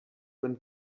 bonne